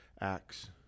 acts